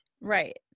Right